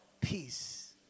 peace